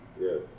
Yes